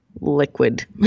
liquid